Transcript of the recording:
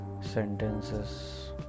sentences